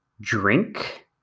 drink